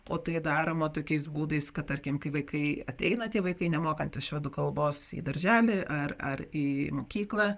o tai daroma tokiais būdais kad tarkim kai vaikai ateina tie vaikai nemokantys švedų kalbos į darželį ar ar į mokyklą